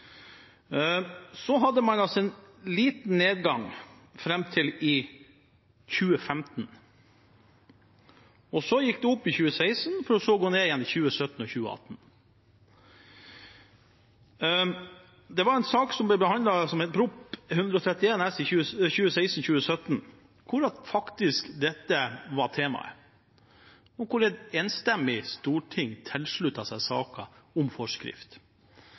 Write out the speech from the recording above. så å gå ned igjen i 2017 og 2018. Det var en sak som ble behandlet på bakgrunn av Prop. 131 S for 2016–2017, hvor dette faktisk var temaet, og hvor et enstemmig storting tilsluttet seg saken om forskrift.